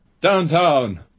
Downtown